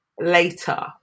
later